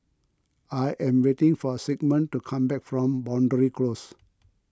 I am waiting for Sigmund to come back from Boundary Close